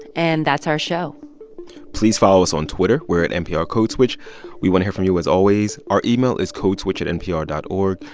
and that's our show please follow us on twitter. we're at nprcodeswitch. we want hear from you as always. our email is codeswitch at npr dot o